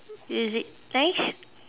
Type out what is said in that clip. is it nice